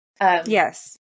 yes